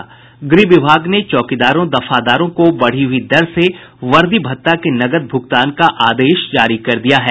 गृह विभाग ने चौकीदारों दफादारों को बढ़ी हुई दर से वर्दी भत्ता के नकद भुगतान का आदेश जारी कर दिया है